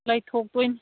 ꯂꯩꯊꯣꯛꯇꯣꯏꯅꯤ